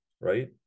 right